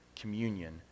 communion